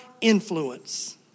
influence